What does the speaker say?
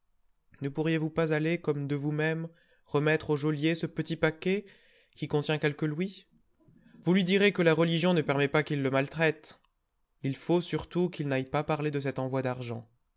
ne pourriez-vous pas aller comme de vous-même remettre au geôlier ce petit paquet qui contient quelques louis vous lui direz que la religion ne permet pas qu'il le maltraite il faut surtout qu'il n'aille pas parler de cet envoi d'argent